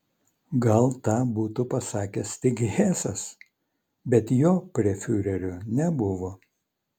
gal tą būtų pasakęs tik hesas bet jo prie fiurerio nebuvo